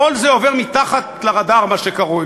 כל זה עובר מתחת לרדאר, מה שקרוי.